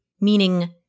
Meaning